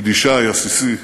יידישאי עסיסי.